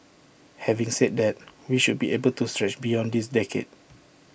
having said that we should be able to stretch beyond this decade